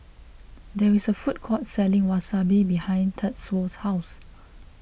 there is a food court selling Wasabi behind Tatsuo's house